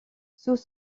sous